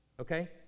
Okay